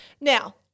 Now